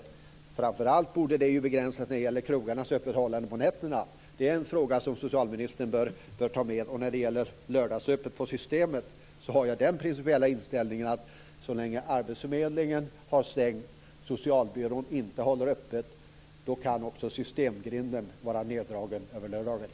Framför allt borde det begränsas när det gäller krogarnas öppethållande på nätterna. Det är en fråga som socialministern bör ta med. När det gäller lördagsöppet på systemet har jag den principiella inställningen, att så länge arbetsförmedlingen har stängt och socialbyrån inte håller öppet kan också systemgrinden vara neddragen på lördagar.